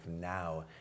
now